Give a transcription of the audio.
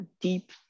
deep